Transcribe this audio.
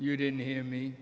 you didn't hear me